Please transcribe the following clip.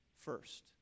first